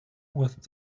with